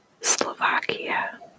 Slovakia